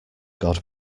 god